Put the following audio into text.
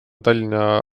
tallinna